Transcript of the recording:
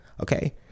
Okay